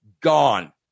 gone